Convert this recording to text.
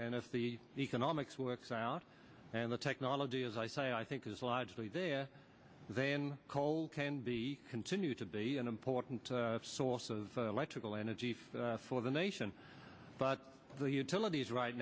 and if the economics works out and the technology as i say i think is logically there then coal can be continue to be an important source of electrical energy for the nation but the utilities right